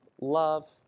love